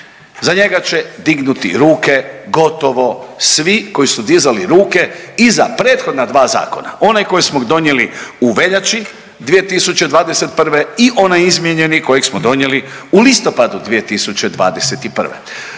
Za njega će dignuti ruke gotovo svi koji su dizali ruke i za prethodna dva zakona. Onaj kojega smo donijeli u veljači 2021. i onaj izmijenjeni kojeg smo donijeli u listopadu 2021.